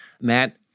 Matt